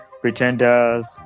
pretenders